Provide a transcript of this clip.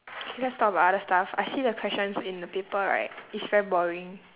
let's talk about other stuff I see the questions in the paper right it's very boring